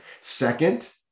Second